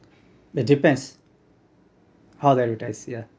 but depends how they advertise yeah